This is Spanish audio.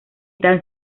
tan